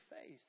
face